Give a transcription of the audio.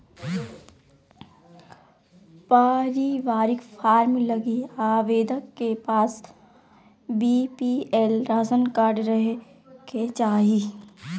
पारिवारिक फार्म लगी आवेदक के पास बीपीएल राशन कार्ड रहे के चाहि